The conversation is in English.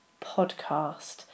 podcast